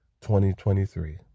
2023